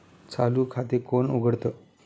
चालू खाते कोण उघडतं?